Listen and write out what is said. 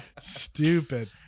stupid